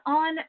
on